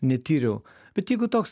netyriau bet jeigu toks